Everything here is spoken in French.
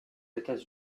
états